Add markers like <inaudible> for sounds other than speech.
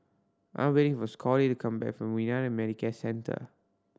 I'm waiting for Scottie to come back from <unintelligible> Medicare Centre